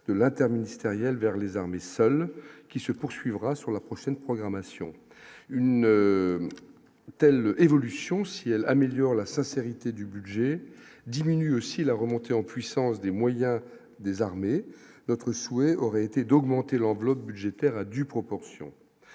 de l'interministériel vers les armées qui se poursuivra sur la prochaine programmation, une telle évolution, si elle améliore la sincérité du budget diminue aussi la remontée en puissance des mois il y a des armées notre souhait aurait été d'augmenter l'enveloppe budgétaire à due proportion